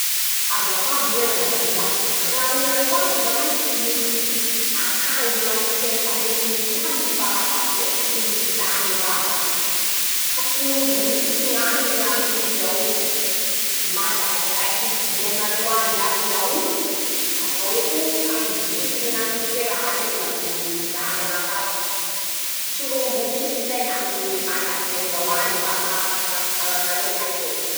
Azafady roe rañandria, ka ñamin'areo ato va lahy tsy misy akanjo na tiserita metimety amiko fa raha ato reto tsy misy daa ñy vatako, ka tsy noho mbo misy ñañy ñy amin'izao, magaze fivilianareo azy añy zao oo, fa zaho eto ta hivily ñaiko fe raha reto la tsy misy daa ñanakahy ka,<ptoa> tsy no mbo misy lahy ñaminy ñy magaze zao añy vasa afaky añafaran'areo ñaikoe.